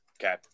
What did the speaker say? Okay